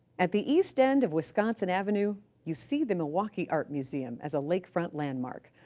at the east end of wisconsin avenue, you see the milwaukee art museum as a lakefront landmark.